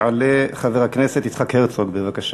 יעלה חבר הכנסת הרצוג, בבקשה,